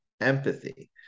empathy